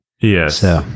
Yes